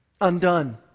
undone